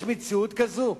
יש מציאות כזו?